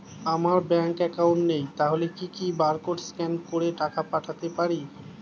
আমারতো bank account নেই তাহলে কি কি বারকোড স্ক্যান করে টাকা পাঠাতে পারি?